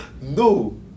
No